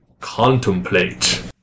Contemplate